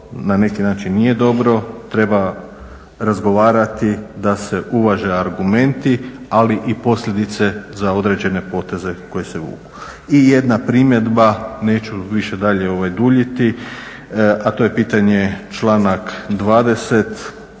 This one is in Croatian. na neki način nije dobro. Treba razgovarati da se uvaže argumenti, ali i posljedice za određene poteze koji se vuku. I jedna primjedba, neću više dalje duljiti, a to je pitanje članak 12.